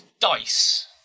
dice